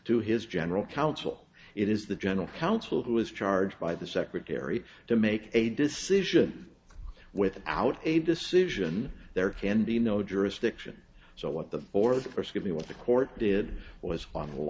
to his general counsel it is the general counsel who is charged by the secretary to make a decision without a decision there can be no jurisdiction so what the for the first give me what the court did was on